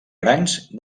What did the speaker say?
grans